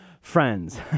friends